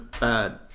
bad